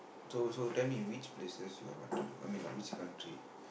so so tell me which places you all want to do like which country